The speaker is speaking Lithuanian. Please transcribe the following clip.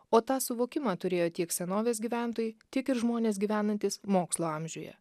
o tą suvokimą turėjo tiek senovės gyventojai tiek ir žmonės gyvenantys mokslo amžiuje